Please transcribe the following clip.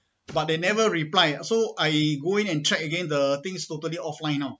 but they never reply so I go in and track again the things totally offline now